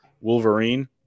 Wolverine